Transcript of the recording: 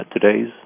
today's